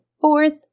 fourth